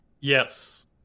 yes